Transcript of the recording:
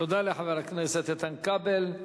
תודה לחבר הכנסת איתן כבל.